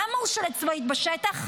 למה הוא שולט צבאית בשטח?